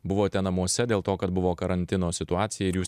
buvote namuose dėl to kad buvo karantino situacija ir jūs